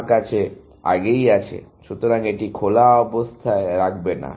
তোমার কাছে আগেই আছে সুতরাং এটি খোলা অবস্থায় রাখবে না